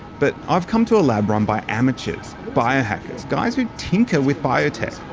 but i've come to a lab run by amateurs. biohackers guys who tinker with biotech.